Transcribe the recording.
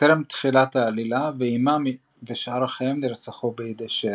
טרם תחילת העלילה ואימם ושאר אחיהם נרצחו בידי שד.